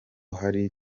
hari